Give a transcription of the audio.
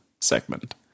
segment